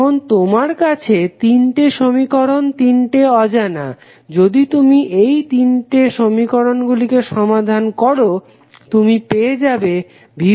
এখন তোমার কাছে তিনটি সমীকরণ তিনটি অজানা যদি তুমি এই তিনটি সমীকরণগুলিকে সমাধান করো তুমি পেয়ে যাবে V1V2 ও V3 এর মান